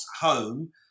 home